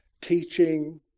teaching